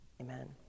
amen